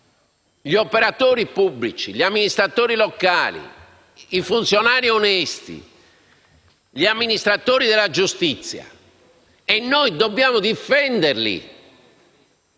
gli operatori pubblici, gli amministratori locali, i funzionari onesti e gli amministratori della giustizia, noi dobbiamo difenderli